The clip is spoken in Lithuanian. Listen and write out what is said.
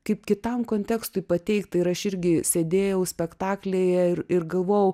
kaip kitam kontekstui pateiktą ir aš irgi sėdėjau spektaklyje ir ir galvojau